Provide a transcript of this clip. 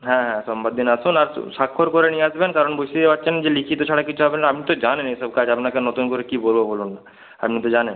হ্যাঁ হ্যাঁ সোমবার দিন আসুন আর স্বাক্ষর করে নিয়ে আসবেন কারণ বুঝতেই পারছেন যে লিখিত ছাড়া কিছু হবে না আপনি তো জানেন এসব কাজ আপনাকে আর নতুন করে কী বলব বলুন না আপনি তো জানেন